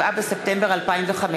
7 בספטמבר 2015: